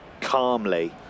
calmly